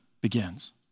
begins